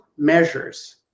measures